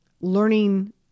learning